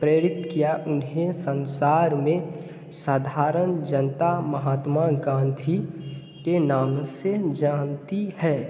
प्रेरित किया उन्हें संसार में साधारण जनता महात्मा गांधी के नाम से जानती है